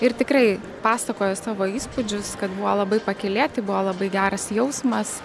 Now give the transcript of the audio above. ir tikrai pasakojo savo įspūdžius kad buvo labai pakylėti buvo labai geras jausmas